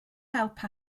help